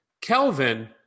Kelvin